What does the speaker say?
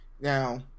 Now